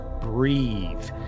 Breathe